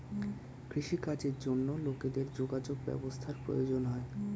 কৃষি কাজের জন্য লোকেদের যোগাযোগ ব্যবস্থার প্রয়োজন হয়